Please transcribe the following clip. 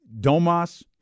Domas